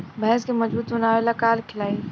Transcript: भैंस के मजबूत बनावे ला का खिलाई?